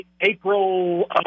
April